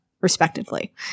respectively